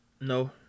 No